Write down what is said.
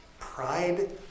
Pride